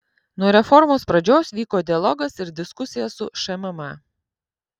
nuo reformos pradžios vyko dialogas ir diskusija su šmm